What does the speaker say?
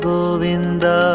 Govinda